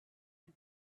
and